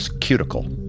cuticle